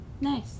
Nice